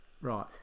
right